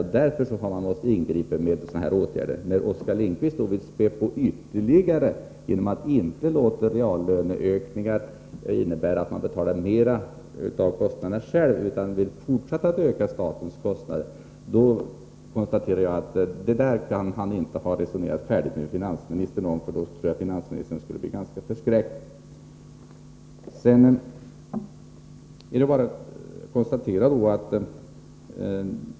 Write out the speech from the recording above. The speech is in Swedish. Det är därför man måst ingripa med sådana här åtgärder. När Oskar Lindkvist vill späda på ytterligare genom att inte vilja gå med på att man betalar mer av kostnaderna själv utan vill fortsätta att öka statens kostnader, kan han inte ha resonerat färdigt med finansministern om detta. Om han hade gjort det, tror jag att finansministern skulle ha blivit ganska förskräckt.